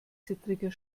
zittriger